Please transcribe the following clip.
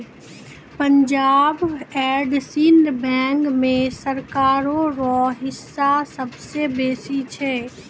Punjab and Sind Bank मे सरकारो रो हिस्सा सबसे बेसी छै